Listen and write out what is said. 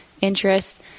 interest